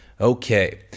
Okay